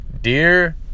Dear